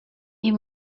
you